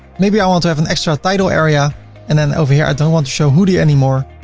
maybe i want to have an extra title area and then over here, i don't want to show hoody anymore.